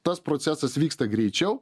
tas procesas vyksta greičiau